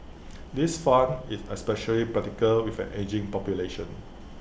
this fund is especially practical with an ageing population